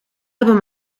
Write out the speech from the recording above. hebben